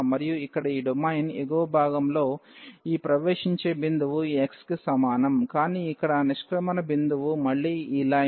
మరియు ఇక్కడ ఈ డొమైన్ ఎగువ భాగంలో ఈ ప్రవేశించే భిందువు ఈ x కి సమానం కానీ ఇక్కడ నిష్క్రమణ భిందువు మళ్లీ ఈ లైన్